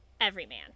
everyman